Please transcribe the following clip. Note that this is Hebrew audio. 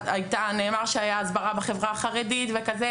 נאמר שהייתה הסברה בחברה החרדית וכד'.